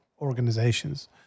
organizations